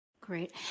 Great